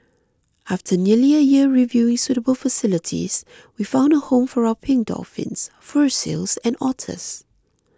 after nearly a year reviewing suitable facilities we found a home for our pink dolphins fur seals and otters